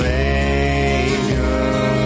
Savior